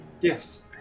yes